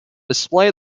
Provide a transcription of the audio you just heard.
display